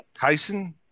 Tyson